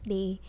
Day